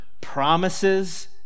promises